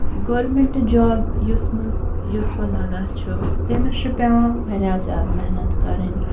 گورمینٛٹُک job یَتھ منٛز یُس وۅنۍ لگان چھُ تٔمِس چھُ پیٚوان واریاہ زیادٕ محنت کَرٕنۍ